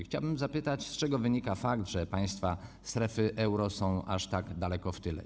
Chciałbym zapytać, z czego wynika fakt, że państwa strefy euro są aż tak daleko w tyle.